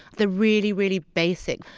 the really, really basic.